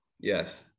Yes